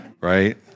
right